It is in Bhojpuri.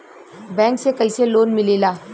बैंक से कइसे लोन मिलेला?